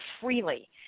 freely